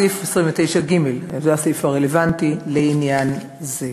סעיף 29(ג) זה הסעיף הרלוונטי לעניין זה.